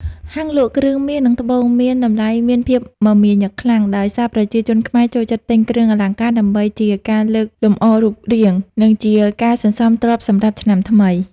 ហាងលក់គ្រឿងមាស និងត្បូងមានតម្លៃមានភាពមមាញឹកខ្លាំង ដោយសារប្រជាជនខ្មែរចូលចិត្តទិញគ្រឿងអលង្ការដើម្បីជាការលើកលម្អរូបរាង និងជាការសន្សំទ្រព្យសម្រាប់ឆ្នាំថ្មី។